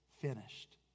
finished